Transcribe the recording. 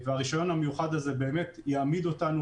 הרישיון המיוחד הזה באמת יעמיד אותנו